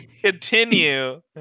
continue